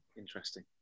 Interesting